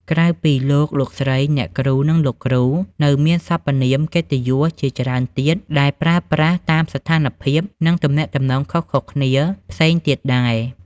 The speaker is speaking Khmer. ក្រៅពី លោក លោកស្រី អ្នកគ្រូ និង លោកគ្រូ នៅមានសព្វនាមកិត្តិយសជាច្រើនទៀតដែលប្រើប្រាស់តាមស្ថានភាព និងទំនាក់ទំនងខុសៗគ្នាផ្សេងទៀតដែរ។